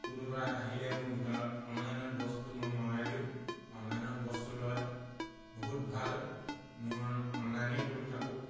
কোনোবা আহিলে মোৰ দোকানত অনলাইনত বস্তু মই মঙ্গাই দিওঁ অনলাইনত বস্তু লয় বহুত ভাল মোৰ অনলাইনে কৰি থাকোঁ